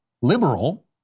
liberal